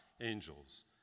angels